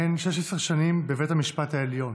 16 שנים מהן בבית המשפט העליון.